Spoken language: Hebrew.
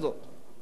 אבל למה?